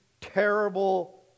terrible